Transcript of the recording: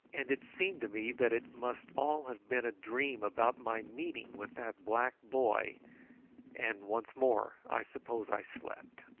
and it seemed to me that it must all have been a dream about my meeting with that black boy and once more i suppose i slept.